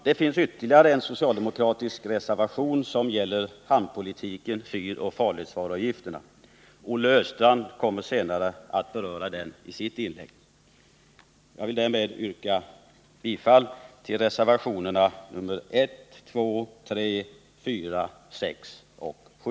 Det finns ytterligare en socialdemokratisk reservation, som gäller hamnpolitiken och subventionering av fyroch farledsvaruavgifter. Olle Östrand kommer att senare beröra den i sitt inlägg. Jag vill med detta yrka bifall till reservationerna 1, 2, 3, 4, 6 och 7.